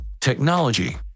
Technology